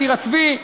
טירת-צבי,